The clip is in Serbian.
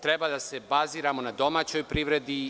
Treba da se baziramo na domaćoj privredi.